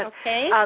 Okay